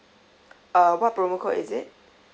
uh what promo code is it